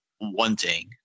wanting